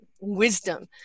wisdom